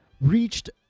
reached